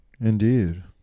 Indeed